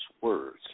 words